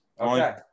Okay